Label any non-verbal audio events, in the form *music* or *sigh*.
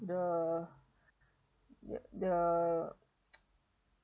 the the *noise*